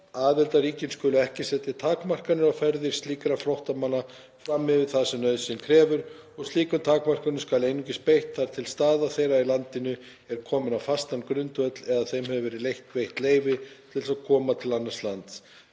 „Aðildarríkin skulu ekki setja takmarkanir á ferðir slíkra flóttamanna fram yfir það sem nauðsyn krefur, og slíkum takmörkunum skal einungis beitt þar til staða þeirra í landinu er komin á fastan grundvöll, eða að þeim hefur verið veitt leyfi til þess að koma til annars lands.